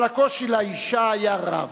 אבל הקושי לאשה היה רב.